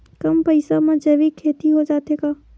कम पईसा मा जैविक खेती हो जाथे का?